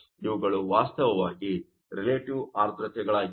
ಇವುಗಳು ವಾಸ್ತವವಾಗಿ ರಿಲೇಟಿವ್ ಆರ್ದ್ರತೆಗಳಾಗಿವೆ